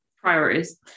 Priorities